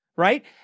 Right